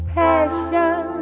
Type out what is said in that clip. passion